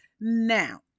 Now